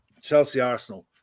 Chelsea-Arsenal